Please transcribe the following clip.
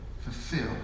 fulfill